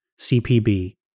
CPB